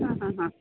ಹಾಂ ಹಾಂ ಹಾಂ